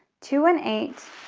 to an eight,